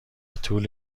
طول